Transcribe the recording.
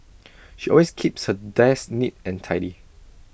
she always keeps her desk neat and tidy